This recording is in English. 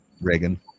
Reagan